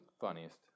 Funniest